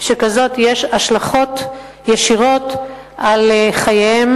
שכזאת יש השלכות ישירות על חייהם